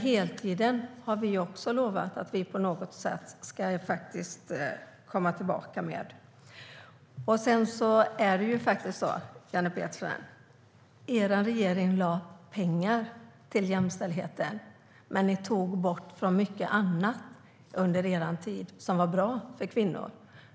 Vi har lovat att vi ska komma tillbaka till detta med heltid. Er regering lade pengar på jämställdheten, Jenny Petersson, men under er tid tog ni bort mycket annat som var bra för kvinnor.